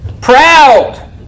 Proud